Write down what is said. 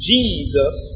Jesus